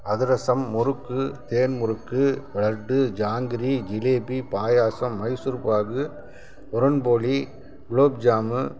அதிரசம் முறுக்கு தேன்முறுக்கு லட்டு ஜாங்கிரி ஜிலேபி பாயாசம் மைசூர்பாகு உரண் போலி குலோப்ஜாமு